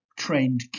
trained